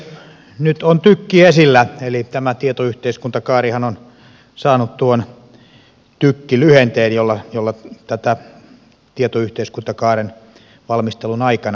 nyt on tykki esillä eli tämä tietoyhteiskuntakaarihan on saanut tuon tykki lyhenteen jolla tätä valmistelua on kutsuttu tietoyhteiskuntakaaren valmistelun aikana